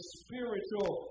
spiritual